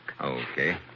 Okay